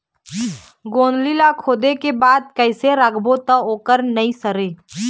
गोंदली ला खोदे के बाद कइसे राखबो त ओहर नई सरे?